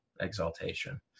exaltation